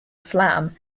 slam